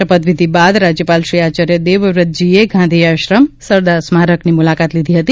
શપથવિધિ બાદ રાજ્યપાલ શ્રી આચાર્ય દેવવ્રતજીએ ગાંધીઆશ્રમ સરદાર સ્મારકની મુલાકાત લીધી હતી